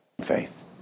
faith